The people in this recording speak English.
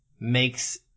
makes